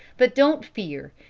but don't fear.